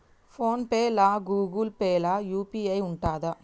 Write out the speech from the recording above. Phone pay లా Google Pay లా UPI ఉంటదా?